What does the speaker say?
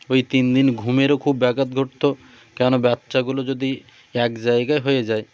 ওই তিন দিন ঘুমেরও খুব ব্যাঘাত ঘটতো কেননা বাচ্চাগুলো যদি এক জায়গায় হয়ে যায়